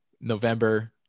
November